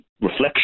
reflection